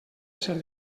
ser